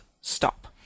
stop